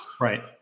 Right